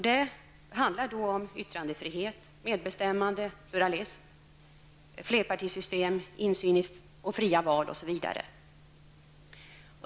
Det handlar om yttrandefrihet, medbestämmande, pluralism, flerpartisystem, insyn, fria val osv.